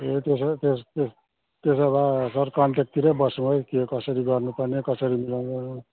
ए त्यसो भए त्यसो भए सर कन्ट्याक्टतिरै बसौँ है के कसरी गर्नु पर्ने कसरी मिलाउनु